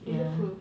they love her